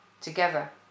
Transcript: together